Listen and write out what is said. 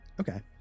Okay